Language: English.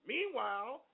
Meanwhile